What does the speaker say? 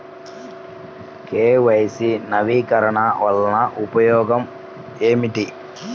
KYC నవీకరణ వలన ఉపయోగం ఏమిటీ?